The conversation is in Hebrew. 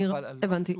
הבנתי.